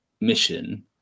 mission